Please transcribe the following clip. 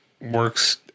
works